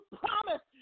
promise